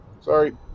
Sorry